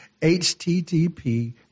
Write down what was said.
HTTP